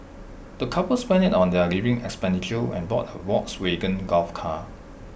the couple spent IT on their living expenditure and bought A Volkswagen golf car